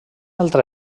altra